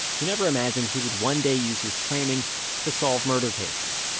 he never imagined he would one day use his training to solve murder cases.